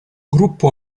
gruppo